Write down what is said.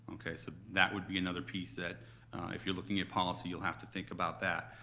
okay, so that would be another piece that if you're looking at policy, you'll have to think about that.